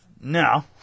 Now